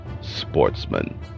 sportsman